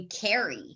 carry